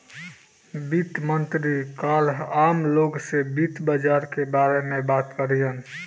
वित्त मंत्री काल्ह आम लोग से वित्त बाजार के बारे में बात करिहन